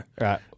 Right